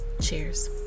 Cheers